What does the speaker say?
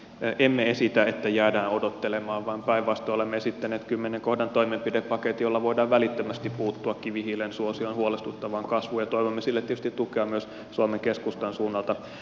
emme esitä että jäädään odottelemaan vaan päinvastoin olemme esittäneet kymmenen kohdan toimenpidepaketin jolla voidaan välittömästi puuttua kivihiilen suosion huolestuttavaan kasvuun ja toivomme sille tietysti tukea myös suomen keskustan suunnalta